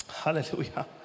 hallelujah